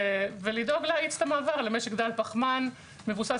ולדאוג להאיץ את המעבר למשק דל פחמן מבוסס